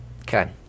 Okay